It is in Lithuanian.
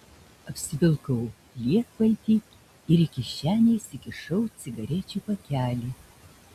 apsivilkau lietpaltį ir į kišenę įsikišau cigarečių pakelį